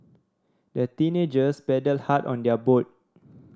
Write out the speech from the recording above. the teenagers paddled hard on their boat